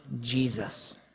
Jesus